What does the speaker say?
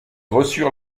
reçurent